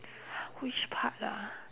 which part ah